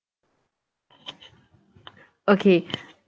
okay